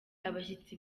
abashyitsi